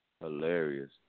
Hilarious